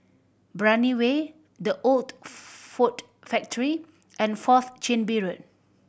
Brani Way The Old Ford Factory and Fourth Chin Bee Road